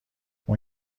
اون